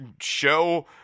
show